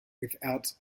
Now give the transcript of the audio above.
without